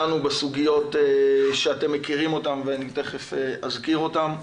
דנו בסוגיות שאתם מכירים אותן ואני תיכף אזכיר אותן.